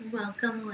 welcome